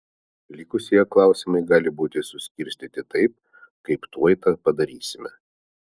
likusieji klausimai gali būti suskirstyti taip kaip tuoj tą padarysime